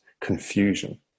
confusion